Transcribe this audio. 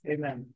Amen